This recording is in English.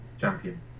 champion